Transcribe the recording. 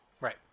Right